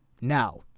Now